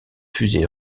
fusée